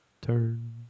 turn